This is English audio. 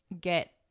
get